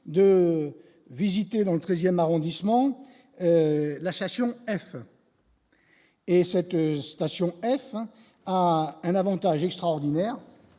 de visiter dans le 13ème arrondissement, la station Elf et cette station Elf a un Avantage extraordinaire,